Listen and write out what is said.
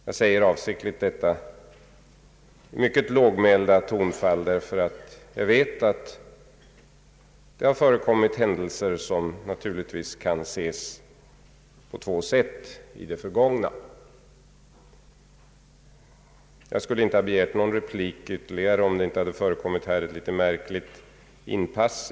Jag säger avsiktligt detta i mycket lågmälda tonfall, därför att jag vet att det har förekommit händelser i det förgångna som naturligt kan ses på två sätt. Jag skulle inte ha begärt någon replik ytterligare, om det inte hade förekommit ett något märkligt inpass.